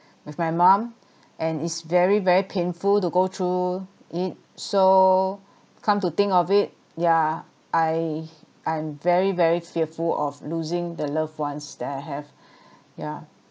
with my mom and it's very very painful to go through it so come to think of it yeah I I'm very very fearful of losing the loved ones that I have yeah